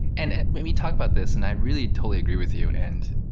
and when we talk about this, and i really totally agree with you. and